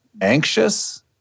anxious